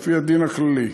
לפי הדין הכללי.